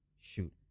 shoot